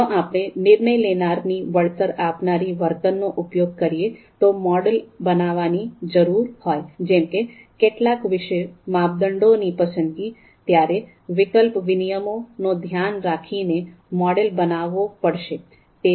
જો આપણે નિર્ણય લેનારાની વળતર આપનારી વર્તનનો ઉપયોગ કરીને મોડેલ બનાવવાની જરૂર હોય જેમકે કેટલાક વિશેષ માપદંડોની પસંદગી ત્યારે વિકલ્પ વિનિમયો નો ધ્યાન રાખીને મોડેલ બનાવવો પડશે